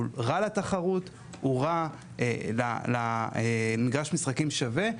הוא רע לתחרות הוא רע למגרש משחקים שווה,